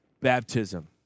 baptism